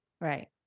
Right